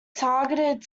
targeted